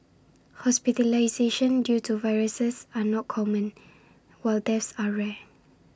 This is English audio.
hospitalisation due to viruses are not common while deaths are rare